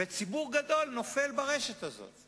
וציבור גדול נופל ברשת הזו,